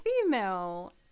female